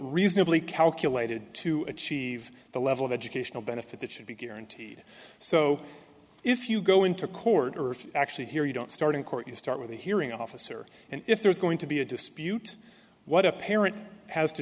reasonably calculated to achieve the level of educational benefit that should be guaranteed so if you go into court or actually here you don't start in court you start with a hearing officer and if there's going to be a dispute what a parent has to